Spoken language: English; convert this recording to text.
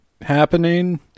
happening